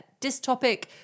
Dystopic